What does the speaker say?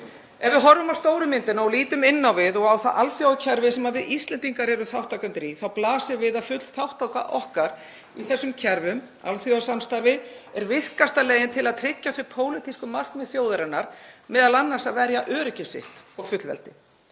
Ef við horfum á stóru myndina og lítum inn á við og á það alþjóðakerfi sem við Íslendingar erum þátttakendur í þá blasir við að full þátttaka okkar í þessum kerfum, í alþjóðasamstarfi, er virkasta leiðin til að tryggja þau pólitísku markmið þjóðarinnar að verja öryggi okkar og fullveldi.